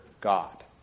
God